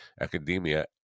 academia